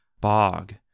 bog